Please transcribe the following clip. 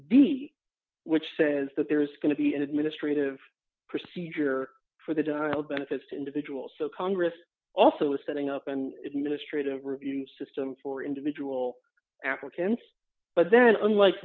b which says that there is going to be an administrative procedure for the benefits to individuals so congress also is setting up and administrative review system for individual applicants but then unlike